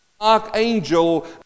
Archangel